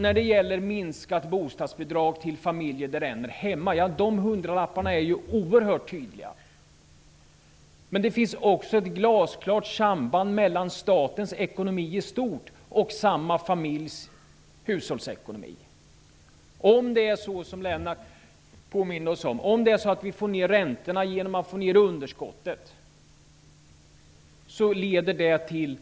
När det gäller minskat bostadsbidrag till familjer där en är hemma märks varje hundralapp oerhört tydligt. Men det finns också ett glasklart samband mellan statens ekonomi i stort och familjens hushållsekonomi. Om det är så som Lennart Nilsson påminde oss om, att vi får ner räntorna genom att få ner underksottet, leder det till